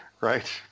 right